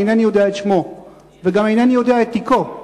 שאינני יודע את שמו וגם אינני יודע את תיקו,